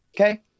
Okay